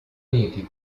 uniti